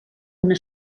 una